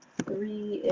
three